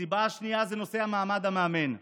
הסיבה השנייה היא נושא מעמד המאמן,